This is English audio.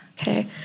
Okay